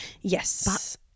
Yes